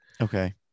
okay